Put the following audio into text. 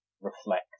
reflect